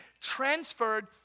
transferred